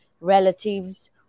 relatives